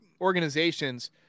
organizations